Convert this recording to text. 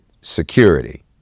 security